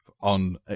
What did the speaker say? on